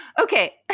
Okay